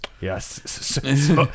Yes